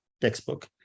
textbook